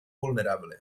vulnerable